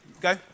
go